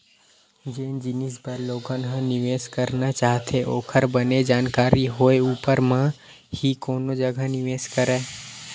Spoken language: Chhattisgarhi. जेन जिनिस बर लोगन ह निवेस करना चाहथे ओखर बने जानकारी होय ऊपर म ही कोनो जघा निवेस करय